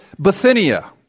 Bithynia